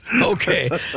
Okay